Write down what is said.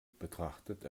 betrachtet